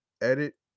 edit